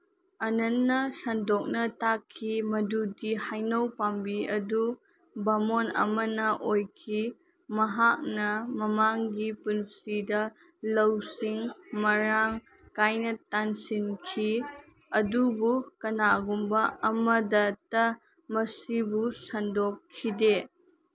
ꯑꯅꯟꯅ ꯁꯟꯗꯣꯛꯅ ꯇꯥꯛꯈꯤ ꯃꯗꯨꯗꯤ ꯍꯩꯅꯧ ꯄꯥꯝꯕꯤ ꯑꯗꯨ ꯕꯥꯃꯣꯟ ꯑꯃꯅ ꯑꯣꯏꯈꯤ ꯃꯍꯥꯛꯅ ꯃꯃꯥꯡꯒꯤ ꯄꯨꯟꯁꯤꯗ ꯂꯧꯁꯤꯡ ꯃꯔꯥꯡ ꯀꯥꯏꯅ ꯇꯥꯟꯁꯤꯟꯈꯤ ꯑꯗꯨꯕꯨ ꯀꯅꯥꯒꯨꯝꯕ ꯑꯃꯗꯇ ꯃꯁꯤꯕꯨ ꯁꯟꯗꯣꯛꯈꯤꯗꯦ